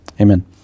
amen